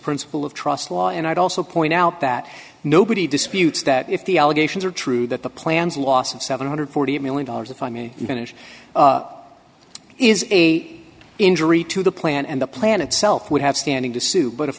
principle of trust law and i'd also point out that nobody disputes that if the allegations are true that the plans loss of seven hundred and forty eight million dollars if i mean even if it is a injury to the plan and the plan itself would have standing to sue but of